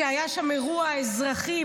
שהיה בו אירוע אזרחי,